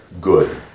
good